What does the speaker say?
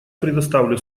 предоставляю